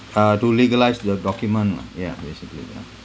uh to legalise the document lah ya basically ya